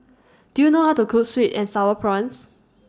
Do YOU know How to Cook Sweet and Sour Prawns